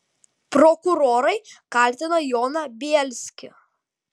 prokurorai kaltina joną bielskį